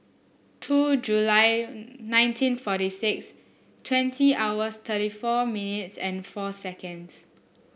two July nineteen forty six twenty hours thirty four minutes and four seconds